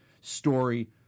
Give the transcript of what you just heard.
story